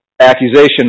accusation